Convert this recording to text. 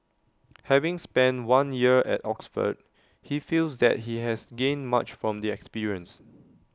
having spent one year at Oxford he feels that he has gained much from the experience